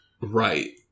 Right